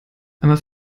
einmal